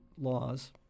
laws